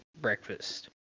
Breakfast